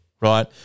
Right